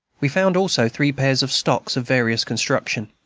we found also three pairs of stocks of various construction,